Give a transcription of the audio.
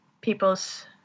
people's